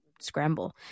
scramble